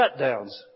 shutdowns